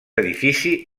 edifici